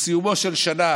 בסיומה של שנה